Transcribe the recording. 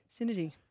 Synergy